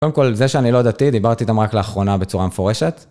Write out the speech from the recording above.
קודם כל, זה שאני לא דתי, דיברתי איתם רק לאחרונה בצורה מפורשת.